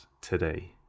today